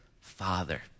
Father